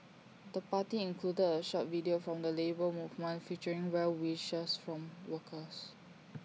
the party included A short video from the Labour Movement featuring well wishes from workers